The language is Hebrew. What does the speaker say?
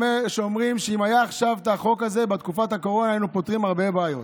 שאומרים שאם החוק הזה היה בתקופת הקורונה היינו פותרים הרבה בעיות.